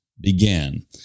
Began